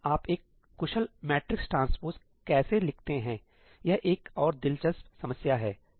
आप एक कुशल मैट्रिक्स ट्रांस्पोज़ कैसे लिखते हैं यह एक और दिलचस्प समस्या है